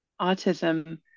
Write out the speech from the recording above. autism